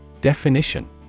Definition